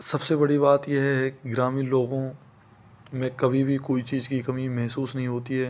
सबसे बड़ी बात यह है कि ग्रामीण लोगों में कभी भी कोई चीज़ की कमी महसूस नहीं होती है